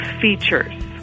features